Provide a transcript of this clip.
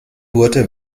wurde